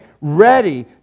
ready